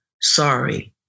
sorry